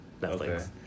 Netflix